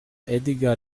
edgar